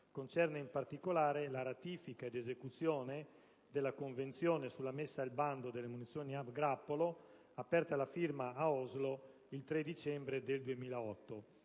concerne in particolare la ratifica ed esecuzione della Convenzione sulla messa al bando delle munizioni a grappolo aperta alla firma a Oslo il 3 dicembre 2008.